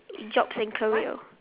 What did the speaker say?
jobs and career